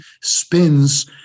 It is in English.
spins